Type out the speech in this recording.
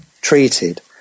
treated